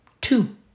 two